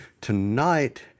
tonight